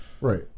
right